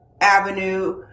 avenue